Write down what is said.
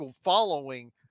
following